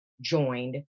joined